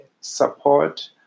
support